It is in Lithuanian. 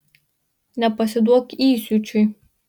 nepasiduok įsiūčiui